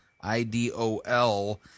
I-D-O-L